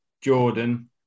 Jordan